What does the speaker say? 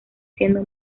siendo